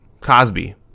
Cosby